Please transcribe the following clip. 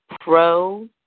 pro